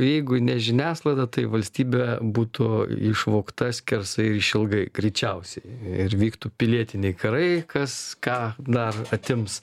jeigu ne žiniasklaida tai valstybė būtų išvogta skersai išilgai greičiausiai ir vyktų pilietiniai karai kas ką na atims